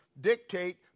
dictate